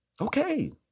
okay